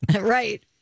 Right